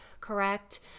correct